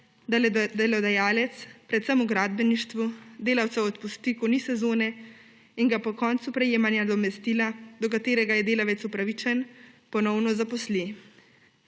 da delodajalec predvsem v gradbeništvu delavce odpusti, ko ni sezone, in ga po koncu prejemanja nadomestila, do katerega je delavec upravičen, ponovno zaposli.